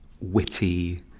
witty